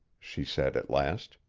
she said at last.